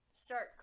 start